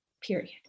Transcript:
period